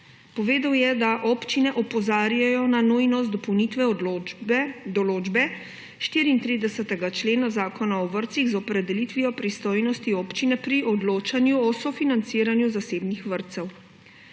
Povedal je, da občine opozarjajo na nujnost dopolnitve določbe 34. člena Zakona o vrtcih z opredelitvijo pristojnosti občine pri odločanju o sofinanciranju zasebnih vrtcev.